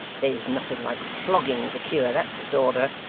there's nothing like flogging to cure that disorder.